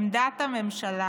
עמדת הממשלה